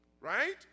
Right